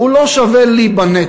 הוא לא שווה לי בנטל,